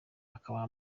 akabaha